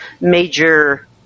major